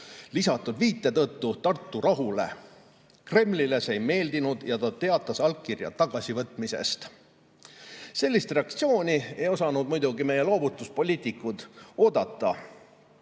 lisatud viite tõttu Tartu rahule. Kremlile see ei meeldinud ja ta teatas allkirja tagasivõtmisest." Sellist reaktsiooni ei osanud muidugi meie loovutuspoliitikud oodata.